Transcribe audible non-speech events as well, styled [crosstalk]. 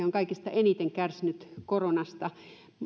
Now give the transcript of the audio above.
[unintelligible] on kaikista eniten kärsinyt koronasta